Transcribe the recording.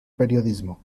periodismo